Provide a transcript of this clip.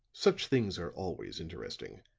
such things are always interesting.